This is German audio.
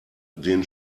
den